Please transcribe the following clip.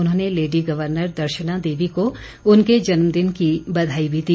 उन्होंने lady governor Darshana Devi को उनके जन्मदिन की बधाई भी दी